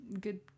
good